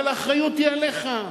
אבל האחריות היא עליך.